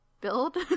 build